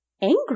angry